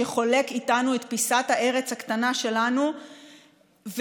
שחולק אתנו את פיסת הארץ הקטנה שלנו ואיתו,